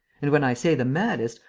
and, when i say the maddest,